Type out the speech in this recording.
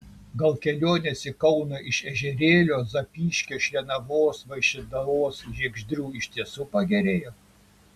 gal kelionės į kauną iš ežerėlio zapyškio šlienavos vaišvydavos žiegždrių iš tiesų pagerėjo